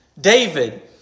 David